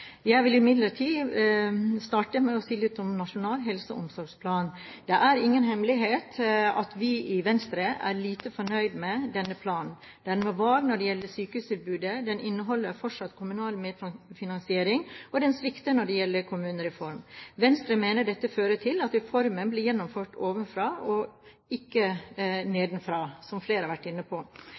Jeg vil imidlertid starte med å si litt om Nasjonal helse- og omsorgsplan. Det er ingen hemmelighet at vi i Venstre er lite fornøyd med denne planen. Den er vag når det gjelder sykehustilbudet. Den inneholder fortsatt kommunal medfinansiering, og den svikter når det gjelder kommunereform. Venstre mener dette fører til at reformen blir gjennomført ovenfra og ikke nedenfra, som flere har vært inne på.